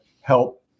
help